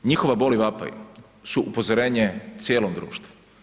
Njihova bol i vapaji su upozorenje cijelom društvu.